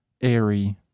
airy